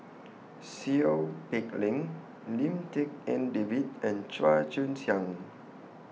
Seow Peck Leng Lim Tik En David and Chua Joon Siang